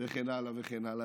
וכן הלאה וכן הלאה.